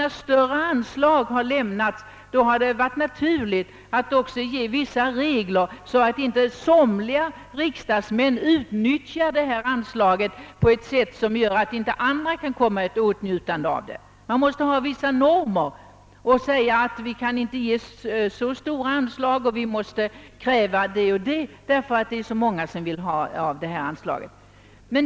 När större anslag har lämnats har det varit naturligt att samtidigt också utfärda vissa regler för att inte somliga riksdagsmän skall utnyttja detta anslag på ett sådant sätt att andra inte kan komma i åtnjutande av det. Man måste ha vissa normer som reglerar anslagens användning, eftersom det är så många som vill få del av desamma.